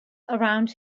around